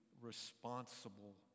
responsible